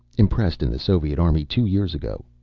impressed in the soviet army two years ago.